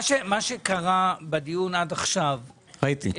מה שהיה בדיון עד עכשיו --- ראיתי,